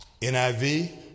NIV